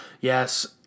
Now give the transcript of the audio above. yes